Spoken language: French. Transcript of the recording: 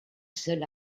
seul